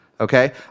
Okay